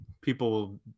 people